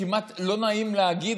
כמעט לא נעים להגיד,